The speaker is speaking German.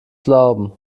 glauben